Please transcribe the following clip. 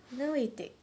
then why you take